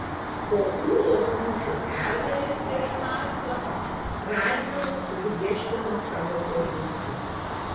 po ūlos mūšio pergalės prieš maskvą radvila sugriežtino savo pozicijas